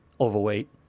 overweight